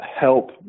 help